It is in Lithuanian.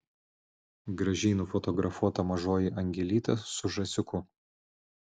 gražiai nufotografuota mažoji angelytė su žąsiuku